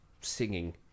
singing